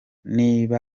babonye